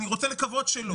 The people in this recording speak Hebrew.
אני רוצה לקוות שלא.